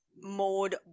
mode